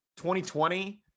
2020